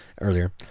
earlier